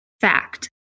Fact